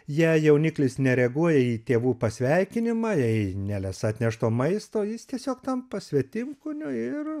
jei jauniklis nereaguoja į tėvų pasveikinimą jei nelesa atnešto maisto jis tiesiog tampa svetimkūniu ir